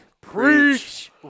Preach